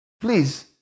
please